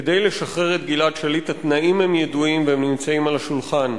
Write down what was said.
כדי לשחרר את גלעד שליט התנאים ידועים והם נמצאים על השולחן.